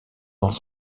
dans